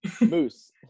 Moose